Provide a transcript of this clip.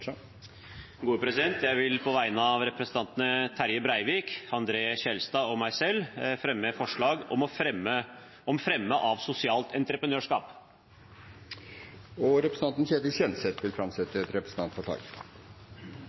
Jeg vil, på vegne av representantene Terje Breivik, André N. Skjelstad og meg selv, framsette et representantforslag om fremme av sosialt entreprenørskap. Representanten Ketil Kjenseth vil framsette et representantforslag.